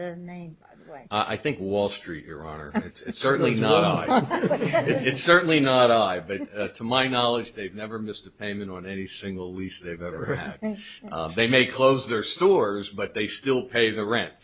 way i think wall street your honor it's certainly not on it's certainly not i've been to my knowledge they've never missed a payment on any single lease they've ever had they may close their stores but they still pay the rent